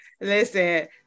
listen